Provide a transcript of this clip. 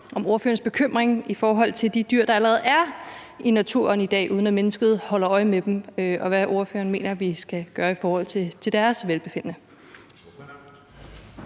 om ordførerens bekymring i forhold til de dyr, der allerede er i naturen i dag, uden at mennesket holder øje med dem, og hvad ordføreren mener vi kan gøre i forhold til deres velbefindende.